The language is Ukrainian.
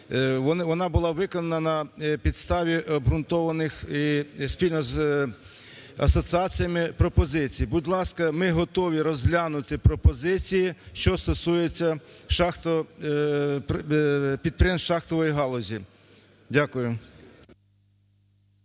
Вона була виконана на підставі обґрунтованих і спільно з асоціаціями пропозиціями. Будь ласка, ми готові розглянути пропозиції, що стосуються підприємств шахтової галузі. Дякую.